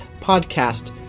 podcast